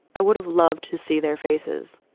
i would have loved to see their faces.